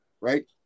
right